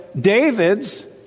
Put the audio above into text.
David's